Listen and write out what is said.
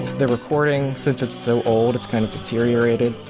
the recording since it's so old it's kind of deteriorated.